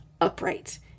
upright